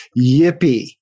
Yippee